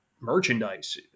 merchandise